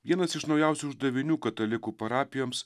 vienas iš naujausių uždavinių katalikų parapijoms